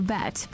Bet